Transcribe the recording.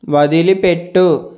వదిలిపెట్టు